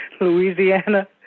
Louisiana